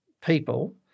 people